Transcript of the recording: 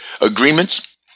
agreements